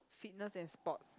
fitness and sports